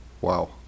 Wow